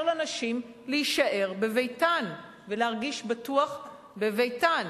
לנשים להישאר בביתן ולהרגיש בטוח בביתן.